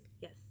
Yes